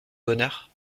bonheur